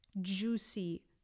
juicy